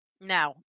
Now